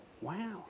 wow